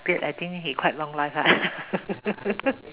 appeared I think he quite long life lah